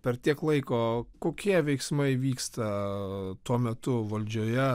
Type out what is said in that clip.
per tiek laiko kokie veiksmai vyksta tuo metu valdžioje